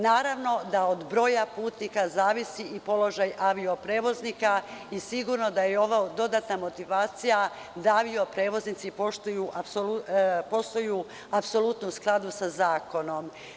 Naravno da od broja putnika zavisi i položaj avio-prevoznika i sigurno da je ovo dodatna motivacija da avio-prevoznici posluju apsolutno u skladu sa zakonom.